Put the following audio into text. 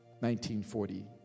1940